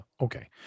okay